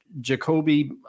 Jacoby